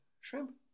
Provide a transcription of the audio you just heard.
Shrimp